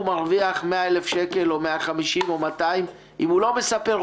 הוא מרוויח 100,000 שקלים או 150,000 או 200,000. אם הוא לא מספר,